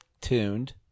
tuned